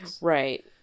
Right